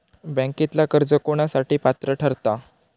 बँकेतला कर्ज कोणासाठी पात्र ठरता?